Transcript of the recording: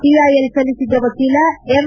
PIL ಸಲ್ಲಿಸಿದ್ದ ವಕೀಲ M